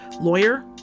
lawyer